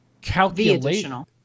calculations